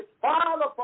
Father